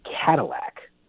cadillac